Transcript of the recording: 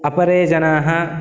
अपरे जनाः